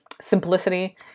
Simplicity